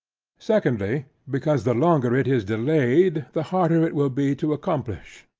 secondly, because, the longer it is delayed the harder it will be to accomplish.